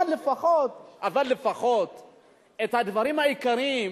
אבל לפחות את הדברים העיקריים,